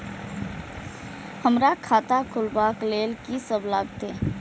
हमरा खाता खुलाबक लेल की सब लागतै?